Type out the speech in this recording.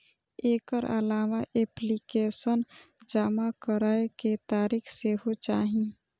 एकर अलावा एप्लीकेशन जमा करै के तारीख सेहो चाही